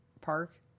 park